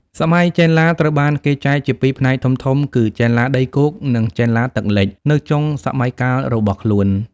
សម័យចេនឡា ត្រូវបានគេចែកជាពីរផ្នែកធំៗ គឺ ចេនឡាដីគោក និង ចេនឡាទឹកលិច នៅចុងសម័យកាលរបស់ខ្លួន។